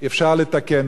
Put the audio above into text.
אפשר לתקן.